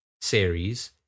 series